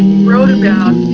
wrote and